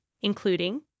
including